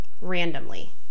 randomly